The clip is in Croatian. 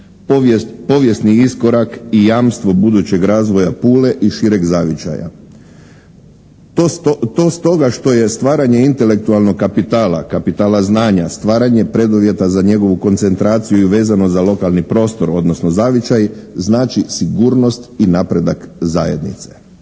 povijesni iskorak i jamstvo budućeg razvoja Pule i šireg zavičaja. To stoga što je stvaranje intelektualnog kapitala, kapitala znanja, stvaranje preduvjeta za njegovu koncentraciju i vezano za lokalni prostor odnosno zavičaj znači sigurnost i napredak zajednice.